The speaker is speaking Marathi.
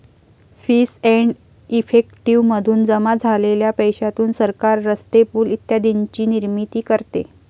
फीस एंड इफेक्टिव मधून जमा झालेल्या पैशातून सरकार रस्ते, पूल इत्यादींची निर्मिती करते